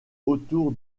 autour